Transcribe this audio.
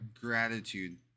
gratitude